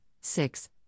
six